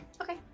Okay